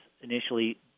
initially